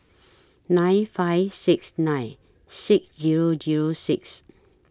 nine five six nine six Zero Zero six